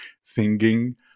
singing